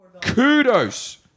Kudos